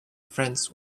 friends